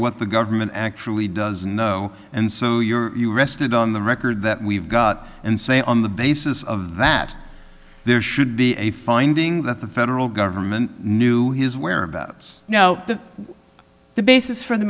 what the government actually does know and so you're rested on the record that we've got and say on the basis of that there should be a finding that the federal government knew his whereabouts now the basis for the